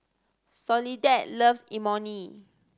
Soledad loves Imoni